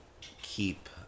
keep